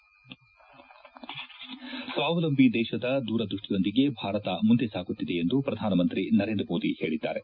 head ಸ್ವಾವಲಂಬಿ ದೇಶದ ದೂರದೃಷ್ಟಿಯೊಂದಿಗೆ ಭಾರತ ಮುಂದೆ ಸಾಗುತ್ತಿದೆ ಎಂದು ಪ್ರಧಾನ ಮಂತ್ರಿ ನರೇಂದ್ರ ಮೋದಿ ಹೇಳಿದ್ದಾರೆ